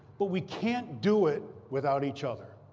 but we can't do it without each other.